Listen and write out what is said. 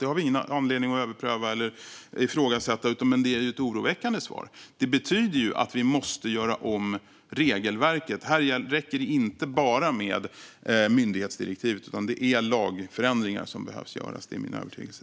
Det har vi ingen anledning att överpröva eller ifrågasätta, men det är ett oroväckande svar, och det betyder att vi måste göra om regelverket. Här räcker det inte bara med myndighetsdirektiv, utan det är lagförändringar som behöver göras. Det är min övertygelse.